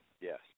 Yes